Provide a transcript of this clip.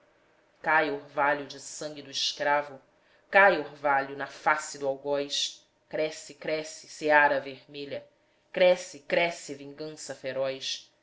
cai orvalho de sangue do escravo cai orvalho na face do algoz cresce cresce seara vermelha cresce cresce vingança feroz